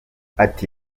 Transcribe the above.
ati